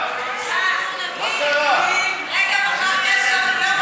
לפה לדוכן ולהסביר לחברי הכנסת על מה